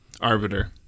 Arbiter